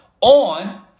on